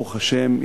ברוך השם,